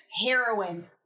heroin